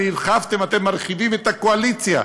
הרי הרחבתם, אתם מרחיבים את הקואליציה,